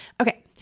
Okay